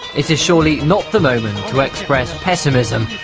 it is surely not the moment to express pessimism,